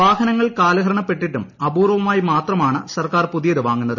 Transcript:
വാഹനങ്ങൾ കാലഹരണ പ്പെട്ടിട്ടും അപൂർവമായി മാത്രമാണ് സർക്കാർ പുതിയത് വാങ്ങുന്നത്